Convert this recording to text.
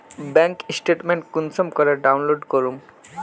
Bank statement कुंसम करे download करूम?